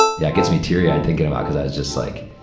yeah, it gets me teary-eyed thinking about, cuz i was just, like,